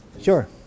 Sure